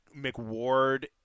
McWard